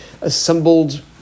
assembled